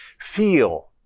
feel